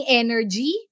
energy